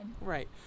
Right